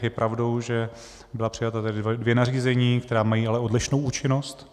Je pravdou, že byla přijata dvě nařízení, která mají ale odlišnou účinnost.